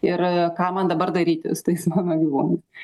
ir ką man dabar daryti su tais mano gyvūnais